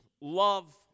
love